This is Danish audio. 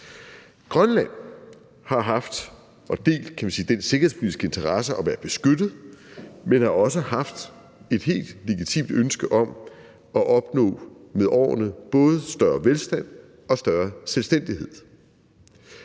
Grønland har haft og delt den sikkerhedspolitiske interesse at være beskyttet, men har også haft et helt legitimt ønske om med årene at opnå både større velstand og større selvstændighed.